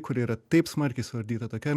kuri yra taip smarkiai suardyta tokia